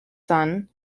son